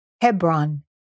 Hebron